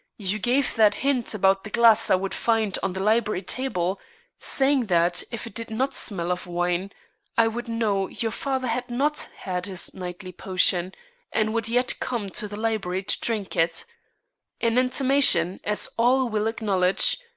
you gave that hint about the glass i would find on the library table saying that if it did not smell of wine i would know your father had not had his nightly potion and would yet come to the library to drink it an intimation, as all will acknowledge,